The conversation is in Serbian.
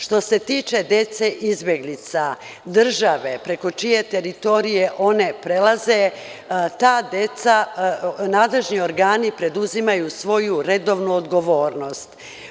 Što se tiče dece izbeglica, države preko čije teritorije oniprolaze nadležni organi preduzimaju svoju redovnu odgovornost.